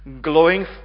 Glowing